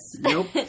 Nope